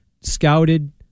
scouted